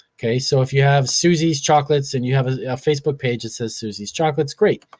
okay, so if you have susie's chocolates and you have a facebook page that says susie's chocolates, great.